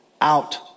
out